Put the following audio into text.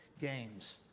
games